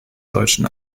deutschen